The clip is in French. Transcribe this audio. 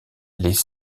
les